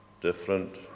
different